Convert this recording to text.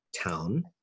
town